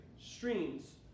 streams